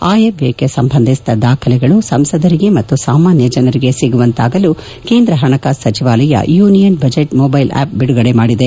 ಆಯವ್ಯಯಕ್ಕೆ ಸಂಬಂಧಿಸಿದ ದಾಖಲೆಗಳು ಸಂಸದರಿಗೆ ಮತ್ತು ಸಾಮಾನ್ಯ ಜನರಿಗೆ ಸಿಗುವಂತಾಗಲು ಕೇಂದ್ರ ಹಣಕಾಸು ಸಚಿವಾಲಯ ಯೂನಿಯನ್ ಬಜೆಟ್ ಮೊಬೈಲ್ ಆಪ್ ಬಿಡುಗಡೆ ಮಾಡಿದೆ